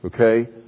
Okay